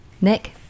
Nick